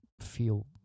feel